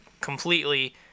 completely